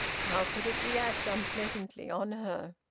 how could it react unpleasantly on her?